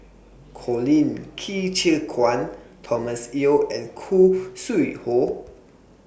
Colin Qi Zhe Quan Thomas Yeo and Khoo Sui Hoe